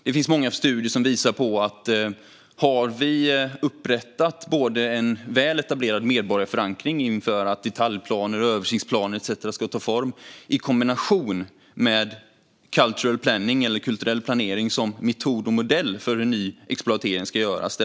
Det finns många studier som visar på vad som sker när vi har en väl etablerad medborgarförankring inför att detaljplaner, översiktsplaner etcetera ska ta form och kombinerar det med cultural planning, eller kulturell planering, som metod och modell för hur en ny exploatering ska göras.